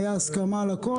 הייתה הסכמה על הכול,